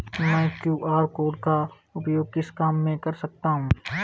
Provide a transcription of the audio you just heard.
मैं QR code का उपयोग किस काम में कर सकता हूं?